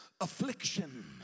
affliction